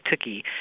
cookie